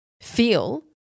feel